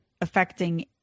affecting